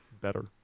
Better